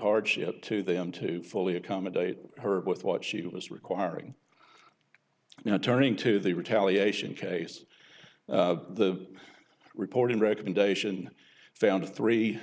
hardship to them to fully accommodate her with what she was requiring now turning to the retaliation case the reporting recommendation found three